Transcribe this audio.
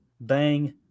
bang